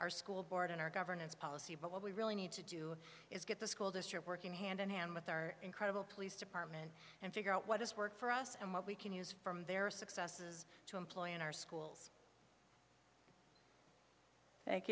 our school board and our governance policy but what we really need to do is get the school district working hand in hand with our incredible police department and figure out what is work for us and what we can use for their successes to employ in our schools thank